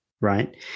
right